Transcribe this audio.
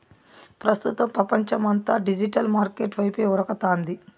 ప్రస్తుతం పపంచమంతా digital market వైపే ఉరకతాంది